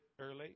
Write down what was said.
early